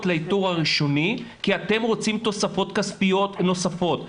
לאיתור הראשוני כי אתם רוצים תוספות כספיות נוספות.